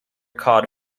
cod